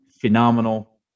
phenomenal